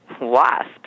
Wasps